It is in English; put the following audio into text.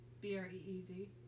B-R-E-E-Z